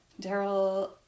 Daryl